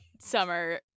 summer